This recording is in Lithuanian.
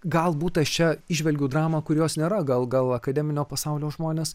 galbūt aš čia įžvelgiu dramą kurios nėra gal gal akademinio pasaulio žmonės